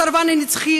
הסרבן הנצחי,